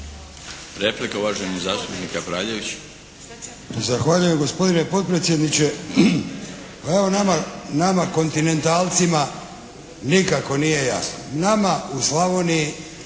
**Kapraljević, Antun (HNS)** Zahvaljujem gospodine potpredsjedniče. Pa evo nama kontinentalcima nikako nije jasno. Nama u Slavoniji